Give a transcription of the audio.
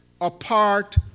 apart